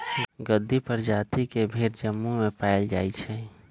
गद्दी परजाति के भेड़ जम्मू में पाएल जाई छई